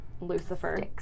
Lucifer